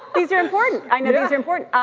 these are important. i know these are important.